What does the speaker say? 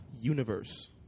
universe